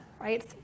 right